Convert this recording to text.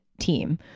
team